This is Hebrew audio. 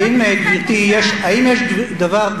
אתה לא תטיף להם